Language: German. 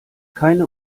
keine